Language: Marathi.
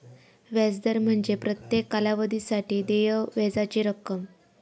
व्याज दर म्हणजे प्रत्येक कालावधीसाठी देय व्याजाची रक्कम